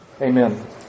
amen